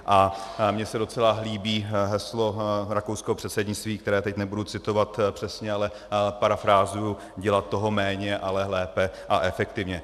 A mně se docela líbí heslo rakouského předsednictví, které teď nebudu citovat přesně, ale parafrázuji dělat toho méně, ale lépe a efektivně.